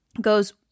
goes